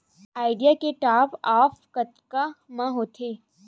Idea के top आप कतका म होथे?